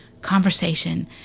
conversation